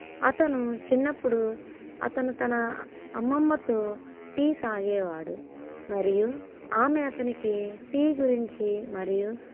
అతను చిన్నప్పుడు అతను తన అమ్మమ్మతో టీ తాగేవాడు మరియు ఆమే అతనికి టీ గురించి మరియు